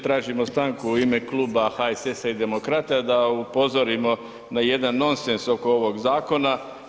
Tražimo stanku u ime Kluba HSS-a i Demokrata da upozorimo na jedan nonsens oko ovog zakona.